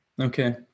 Okay